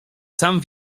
sam